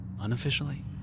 unofficially